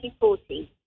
2040